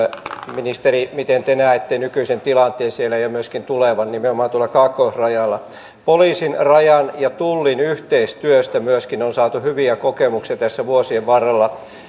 ministeri miten te näette nykyisen tilanteen siellä ja myöskin tulevan nimenomaan tuolla kaakkoisrajalla poliisin rajan ja tullin yhteistyöstä myöskin on saatu hyviä kokemuksia tässä vuosien varrella